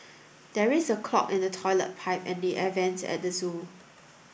there is a clog in the toilet pipe and the air vents at the zoo